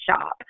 shop